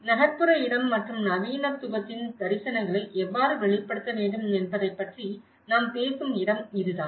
நகர்ப்புற இடம் மற்றும் நவீனத்துவத்தின் தரிசனங்களை எவ்வாறு வெளிப்படுத்த வேண்டும் என்பதைப் பற்றி நாம் பேசும் இடம் இதுதான்